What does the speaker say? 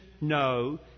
No